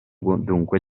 dunque